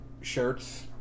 shirts